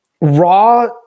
raw